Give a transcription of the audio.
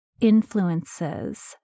influences